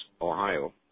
Ohio